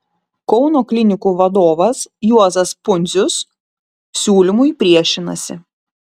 kauno klinikų vadovas juozas pundzius siūlymui priešinasi